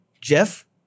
Jeff